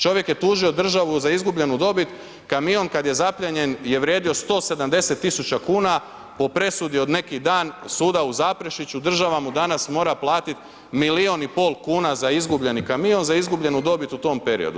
Čovjek je tužio državu za izgubljenu dobit, kamion kad je zaplijenjen je vrijedio 170 tisuća kuna po presudi od neki dan, suda u Zaprešiću, država mu danas mora platiti milijun i pol kuna za izgubljeni kamion, za izgubljenu dobit u tom periodu.